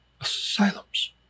asylums